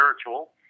spiritual